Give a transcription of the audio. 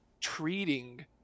treating